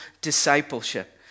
discipleship